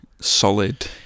solid